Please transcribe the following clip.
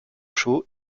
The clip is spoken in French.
chaud